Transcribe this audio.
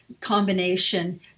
combination